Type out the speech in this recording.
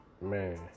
Man